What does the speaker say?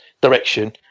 direction